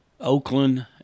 Oakland